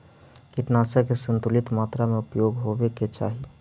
कीटनाशक के संतुलित मात्रा में उपयोग होवे के चाहि